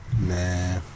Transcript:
Nah